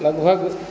लगभग